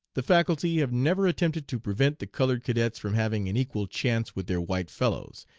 the faculty have never attempted to prevent the colored cadets from having an equal chance with their white fellows.